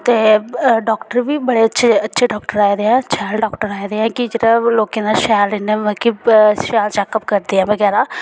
ते डॉक्टर बी बड़े अच्छे अच्छे डाक्टर आए दे ऐ शैल डाक्टर आए दे ऐं जेह्ड़ा लोकें दा शैल इयां मद कि शैल चेकअप करदे ऐं बगैरा